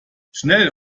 schnell